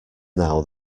now